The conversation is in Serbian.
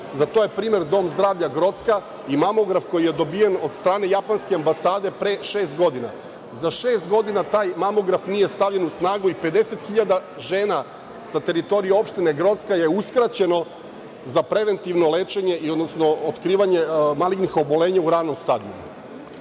to je primer Dom zdravlja Grocka i mamograf koji je dobijen od strane japanske ambasade pre šest godina. Za šest godina taj mamograf nije stavljen u snagu i 50 hiljada žena sa teritorije opštine Grocka je uskraćeno za preventivno lečenje, odnosno otkrivanje malignih oboljenja u ranom stadijumu.